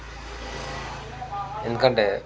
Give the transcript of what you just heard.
ఎందుకంటే